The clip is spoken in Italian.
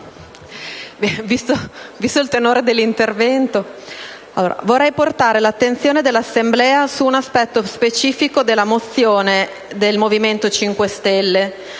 *(M5S)*. Presidente, vorrei portare l'attenzione dell'Assemblea su un aspetto specifico della mozione del Movimento 5 Stelle,